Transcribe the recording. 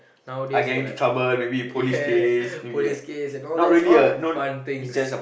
nowadays they like yes police case and all that it's all fun things